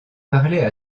parlait